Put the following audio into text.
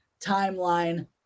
timeline